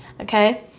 okay